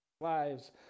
lives